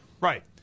Right